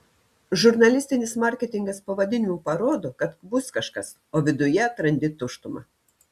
žurnalistinis marketingas pavadinimu parodo kad bus kažkas o viduje atrandi tuštumą